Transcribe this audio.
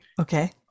Okay